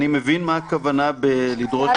אני הסברתי מה המקום הזה.